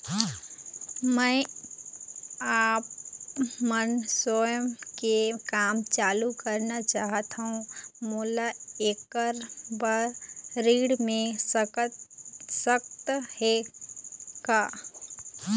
मैं आपमन स्वयं के काम चालू करना चाहत हाव, मोला ऐकर बर ऋण मिल सकत हे का?